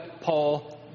Paul